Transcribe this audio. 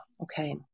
Okay